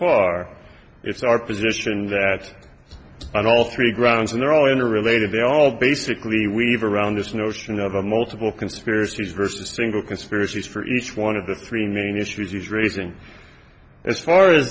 far it's our position that on all three grounds and they're all interrelated they all basically weave around this notion of a multiple conspiracies versus single conspiracies for each one of the three main issues he's raising as far as